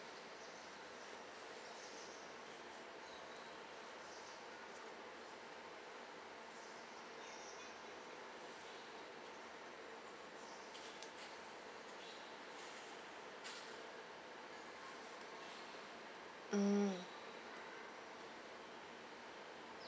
mm